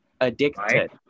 Addicted